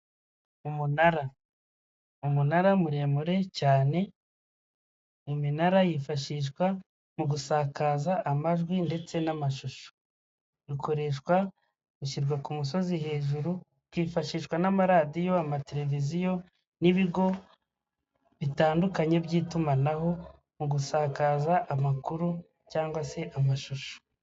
Umunara: umunara muremure cyane iminara yifashishwa mu gusakaza amajwi ndetse n'amashusho, ikoreshwa ishyirwa ku musozi hejuru ikifashishwa n'amaradiyo, amateleviziyo, n'ibigo bitandukanye by'itumanaho mu gusakaza amakuru cyangwa se amashusho.